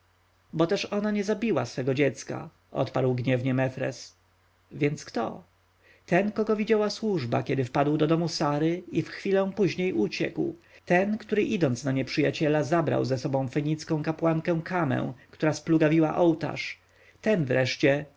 bo też ona nie zabiła swego dziecka odparł gniewnie mefres więc kto ten którego widziała służba kiedy wpadł do domu sary i w chwilę później uciekł ten który idąc na nieprzyjaciela zabrał z sobą fenicką kapłankę kamę która splugawiła ołtarz ten wreszcie